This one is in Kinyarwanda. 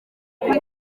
kuri